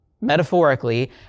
metaphorically